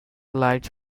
lights